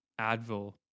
Advil